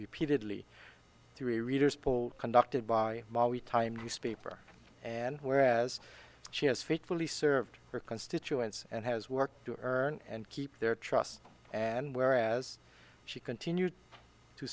repeatedly three readers poll conducted by the time newspaper and whereas she has faithfully served her constituents and has worked to earn and keep their trust and where as she continued to